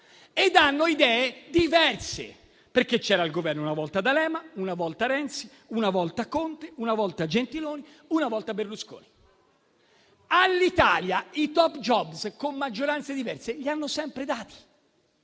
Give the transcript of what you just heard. Ed hanno idee diverse, perché una volta c'era il Governo d'Alema, una volta Renzi, una volta Conte, una volta Gentiloni, una volta Berlusconi. All'Italia i *top job*, con maggioranze diverse, li hanno sempre dati.